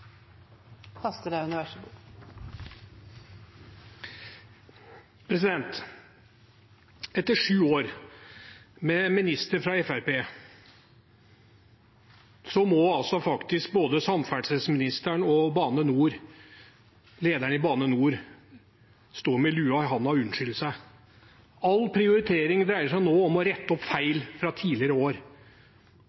Etter sju år med minister fra Fremskrittspartiet må altså både samferdselsministeren og lederen i Bane NOR stå med lua i hånda og unnskylde seg. All prioritering dreier seg nå om å rette opp